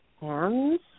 hands